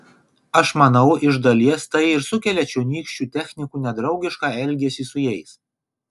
aš manau iš dalies tai ir sukelia čionykščių technikų nedraugišką elgesį su jais